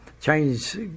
change